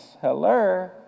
Hello